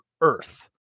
earth